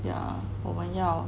yeah 我要